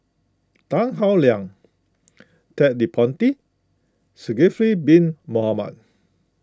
Tan Howe Liang Ted De Ponti Zulkifli Bin Mohamed